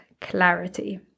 clarity